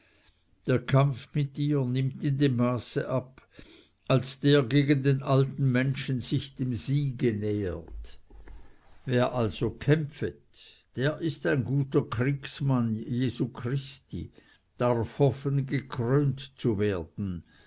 der kampf mit ihr nimmt in dem maße ab als der gegen den alten menschen sich dem siege nähert wer also kämpfet der ist ein guter kriegsmann jesu christi darf hoffen gekrönt zu werden